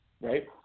right